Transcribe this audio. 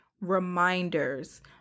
reminders